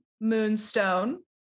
moonstone